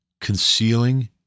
concealing